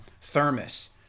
thermos